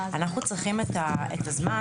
אנחנו צריכים את הזמן,